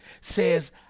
says